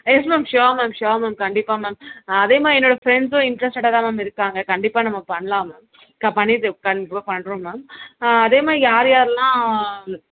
S ma'am sure ma'am sure ma'am கண்டிப்பாக ma'am அதே மாதிரி என்னோடய ஃப்ரெண்ட்ஸும் இன்ட்ரெஸ்ட்டடாக தான் மேம் இருக்காங்க கண்டிப்பாக நம்ம பண்ணலாம் மேம் க பண்ணிவிட்டு கண்டிப்பாக பண்றோம் மேம் அதே மாதிரி யார் யாரெலாம்